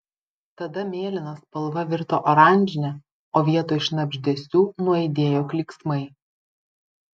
tada mėlyna spalva virto oranžine o vietoj šnabždesių nuaidėjo klyksmai